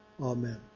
Amen